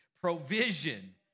provision